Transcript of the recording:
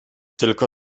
tylko